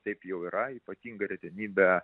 taip jau yra ypatinga retenybė